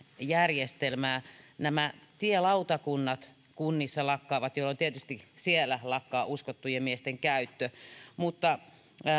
järjestelmää tielautakunnat kunnissa lakkaavat jolloin tietysti siellä lakkaa uskottujen miesten käyttö mutta